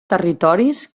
territoris